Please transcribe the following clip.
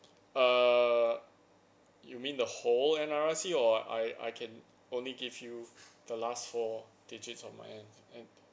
err you mean the whole N_R_I_C or I I can only give you the last four digits of my N N